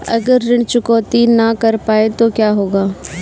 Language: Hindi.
अगर ऋण चुकौती न कर पाए तो क्या होगा?